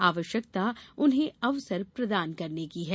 आवश्यकता उन्हें अवसर प्रदान करने की है